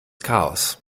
chaos